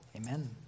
Amen